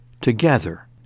together